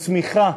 ולצמיחה.